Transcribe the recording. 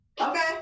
Okay